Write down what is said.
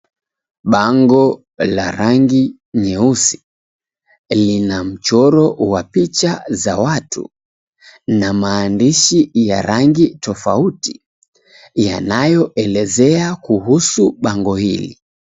Bango la rangi nyeusi lina mchoro wa picha za watu na maandishi ya rangi tofauti yanayoelezea kuhusu bango hili.